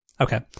okay